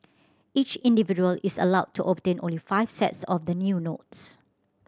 each individual is allowed to obtain only five sets of the new notes